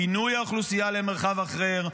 פינוי האוכלוסייה למרחב אחר,